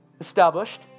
established